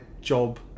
job